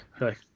right